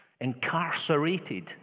incarcerated